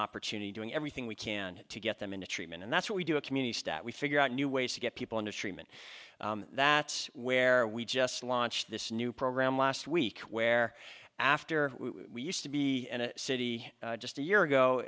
opportunity doing everything we can to get them into treatment and that's what we do a community stat we figure out new ways to get people into treatment that where we just launched this new program last week where after we used to be in a city just a year ago